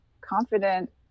confident